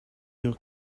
your